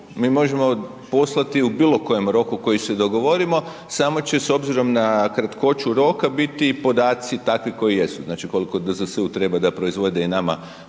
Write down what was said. mi možemo poslati u bilo kojem roku koji se dogovorimo samo će s obzirom na kratkoću roka biti podaci takvi koji jesu, znači koliko DZS-u treba da proizvode i nama